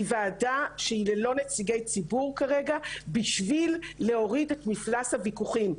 היא ועדה שהיא ללא נציגי ציבור כרגע בשביל להוריד את מפלס הויכוחים.